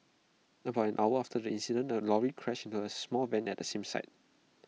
about an hour after the incident A lorry crashed into A small van at the same site